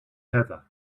heather